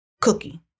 Cookie